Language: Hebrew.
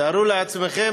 תארו לעצמכם,